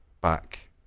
back